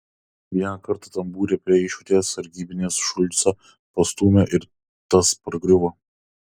vieną kartą tambūre prie išvietės sargybinis šulcą pastūmė ir tas pargriuvo